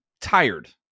tired